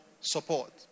support